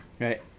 Right